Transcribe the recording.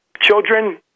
Children